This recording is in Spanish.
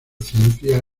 ciencia